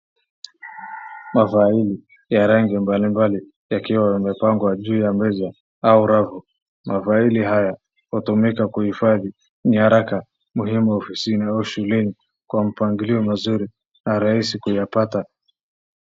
Mafaili ya rangi mablimbali yakiwa yamepangwa juu ya meza au rafu mafaili haya tumeeka kuhifadhi ni haraka ni muhimu ofisini au shuleni na ni rahisi kuyapata.